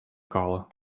color